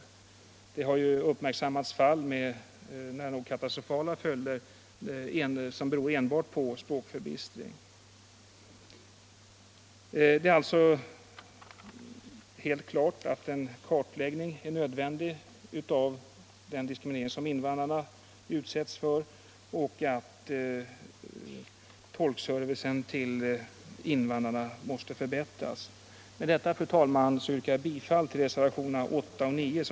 Det har uppmärksammats fall som kunnat få nära nog katastrofala följder och som berott enbart på språkförbistringen. Det är alltså helt klart att en kartläggning är nödvändig av den diskriminering som invandrarna utsätts för samt att tolkservicen till invandrarna måste förbättras.